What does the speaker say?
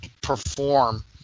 perform